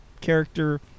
character